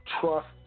trust